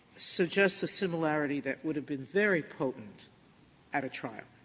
suggests a similarity that would have been very potent at a trial.